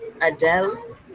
Adele